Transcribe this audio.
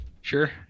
Sure